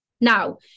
Now